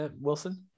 Wilson